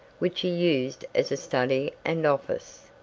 which he used as a study and office.